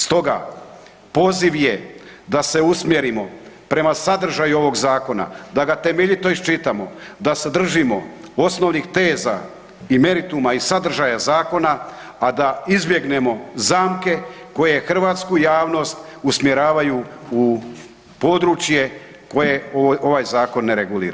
Stoga, poziv je da se usmjerimo prema sadržaju ovog zakona, da ga temeljito iščitamo, da se držimo osnovnih teza i merituma i sadržaja zakona a da izbjegnemo zamke koje hrvatsku javnost usmjeravaju u područje koje ovaj zakon ne regulira.